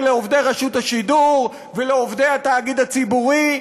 לעובדי רשות השידור ולעובדי התאגיד הציבורי,